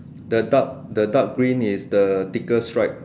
the dark the dark green is the thicker stripe